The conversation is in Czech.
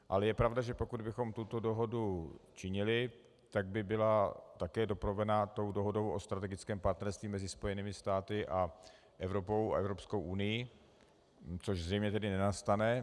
Ale je pravda, že pokud bychom tuto dohodu činili, tak by byla také doprovázena tou dohodou o strategickém partnerství mezi Spojenými státy a Evropou a Evropskou unií, což zřejmě tedy nenastane.